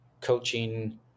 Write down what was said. coaching